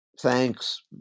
thanks